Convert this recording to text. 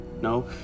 no